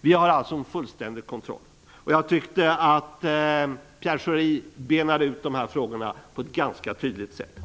Vi har alltså en fullständig kontroll. Jag tyckte att Pierre Schori benade ut de här frågorna på ett ganska tydligt sätt.